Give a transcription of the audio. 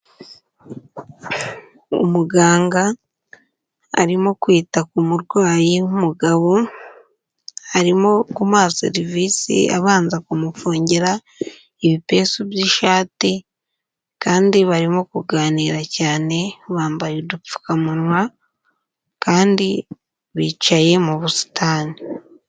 Umuganga arimo kwita ku murwayi w'umugabo, arimo kumuha serivisi abanza kumufungira ibipesu by'ishati kandi barimo kuganira cyane, bambaye udupfukamunwa kandi bicaye mu busitani.